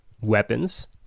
weapons